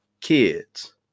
kids